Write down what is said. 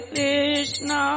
Krishna